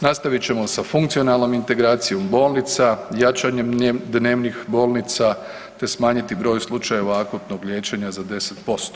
Nastavit ćemo sa funkcionalnom integracijom bolnica, jačanjem dnevnih bolnica te smanjiti broj slučajeva akutnog liječenja za 10%